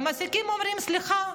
המעסיקים אומרים: סליחה,